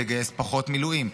תגייס פחות מילואים,